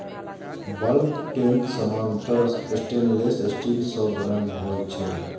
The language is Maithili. बल्क टैंक सामान्यतः स्टेनलेश स्टील सं बनल होइ छै